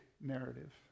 narrative